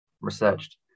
researched